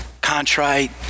contrite